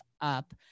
up